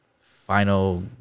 final